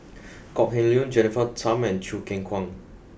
Kok Heng Leun Jennifer Tham and Choo Keng Kwang